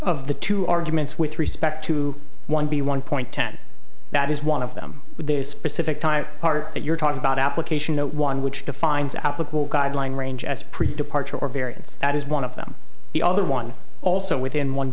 of the two arguments with respect to one b one point ten that is one of them with a specific time that you're talking about application one which defines applicable guideline range as pre departure or variance that is one of them the other one also within one